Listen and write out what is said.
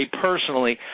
personally